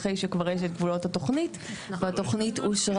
אחרי שכבר יש את גבולות התוכנית והתוכנית אושרה